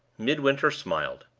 midwinter smiled.